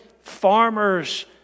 farmers